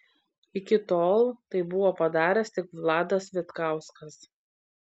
iki tol tai buvo padaręs tik vladas vitkauskas